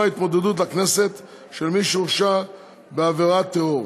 התמודדות לכנסת של מי שהורשע בעבירת טרור.